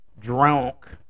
drunk